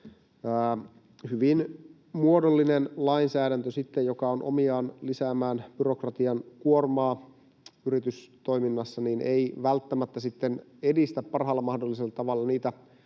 hyvin muodollinen lainsäädäntö, joka on omiaan lisäämään byrokratian kuormaa yritystoiminnassa, ei välttämättä sitten edistä parhaalla mahdollisella tavalla niitä